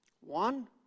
One